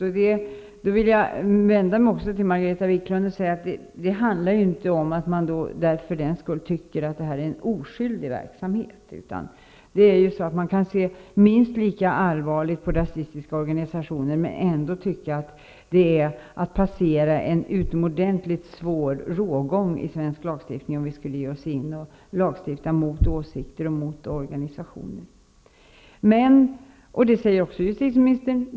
Jag vill vända mig till Margareta Viklund och säga att man för den skull inte tycker att detta är en oskyldig verksamhet. Man kan se minst lika allvarligt på rasistiska organisationer men ändå tycka att det är att passera en utomordentligt svår rågång i svensk lagstiftning, om vi skulle lagstifta mot åsikter och organisationer.